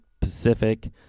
Pacific